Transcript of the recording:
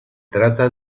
trata